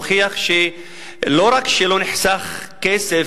הוא הוכיח שלא רק שלא נחסך כסף,